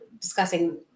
discussing